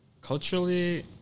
culturally